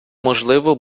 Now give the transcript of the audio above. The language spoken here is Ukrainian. можливо